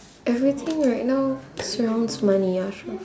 everything right now surrounds money ya sure